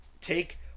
take